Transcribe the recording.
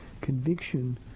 Conviction